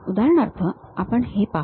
उदाहरणार्थ आपण हे पाहू